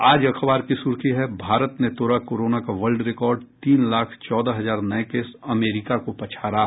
आज अखबार की सुर्खी है भारत ने तोड़ा कोरोना का वर्ल्ड रिकॉर्ड तीन लाख चौदह हजार नये केस अमेरिका को पछाड़ा